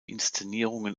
inszenierungen